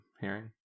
hearing